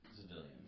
civilians